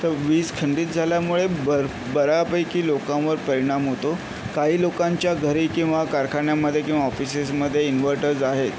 तर वीज खंडित झाल्यामुळे भर बऱ्यापैकी लोकांवर परिणाम होतो काही लोकांच्या घरी किंवा कारखान्यामध्ये किंवा ऑफिसेसमध्ये इन्व्हर्टर्स आहेत